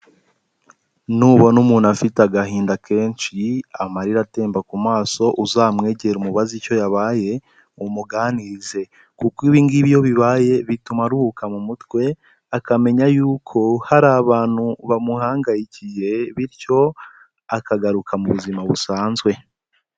Nubona umuntu afite agahinda kenshi, amarira atemba ku maso, uzamwegere umubaze icyo yabaye umuganirize. Kuko ibi ngibi iyo bibaye bituma aruhuka mu mutwe, akamenya yuko hari abantu bamuhangayikiye, bityo akagaruka mu buzima busanzwe.